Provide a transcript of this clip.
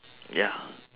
ya